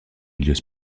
milieux